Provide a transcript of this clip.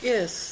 Yes